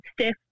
stiff